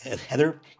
Heather